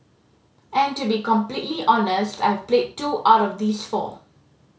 and to be completely honest I have played two out of these four